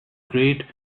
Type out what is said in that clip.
great